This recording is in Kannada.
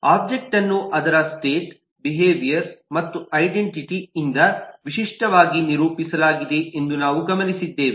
ಒಬ್ಜೆಕ್ಟ್ ಅನ್ನು ಅದರ ಸ್ಟೇಟ್ ಬಿಹೇವಿಯರ್ ಮತ್ತು ಐಡೆಂಟಿಟಿ ಇಂದ ವಿಶಿಷ್ಟವಾಗಿ ನಿರೂಪಿಸಲಾಗಿದೆ ಎಂದು ನಾವು ಗಮನಿಸಿದ್ದೇವೆ